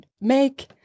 make